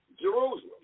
Jerusalem